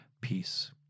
peace